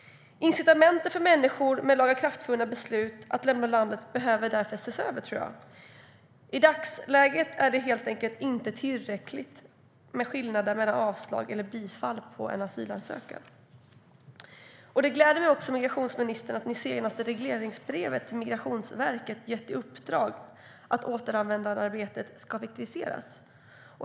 Incitamenten för människor med lagakraftvunna beslut att lämna landet behöver därför ses över. I dagsläget är det helt enkelt inte tillräcklig skillnad mellan avslag eller bifall på en asylansökan. Det gläder mig att migrationsministern i senaste regleringsbrevet till Migrationsverket gett i uppdrag att återvändandearbetet ska effektiviseras.